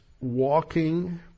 walking